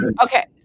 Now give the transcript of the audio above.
okay